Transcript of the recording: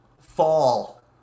fall